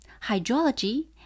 hydrology